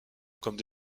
comme